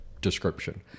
description